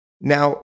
Now